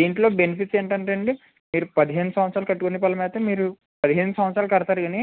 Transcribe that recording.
దీంట్లో బెనిఫిట్స్ ఏంటంటే అండి మీరు పదిహేను సంవత్సరాలు కట్టుకునే పళం అయితే మీరు పదిహేను సంవత్సరాలు కడతారు కానీ